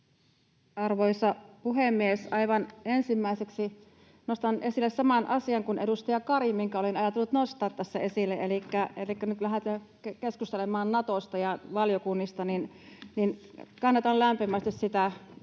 Arvoisa puhemies! Aivan ensimmäiseksi nostan esille saman asian kuin edustaja Kari, minkä olin ajatellut nostaa tässä esille. Elikkä nyt kun lähdetään keskustelemaan Natosta ja valiokunnista, kannatan lämpimästi sitä